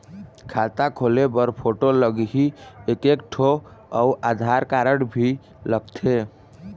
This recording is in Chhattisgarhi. खाता खोले बर फोटो लगही एक एक ठो अउ आधार कारड भी लगथे?